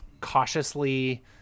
cautiously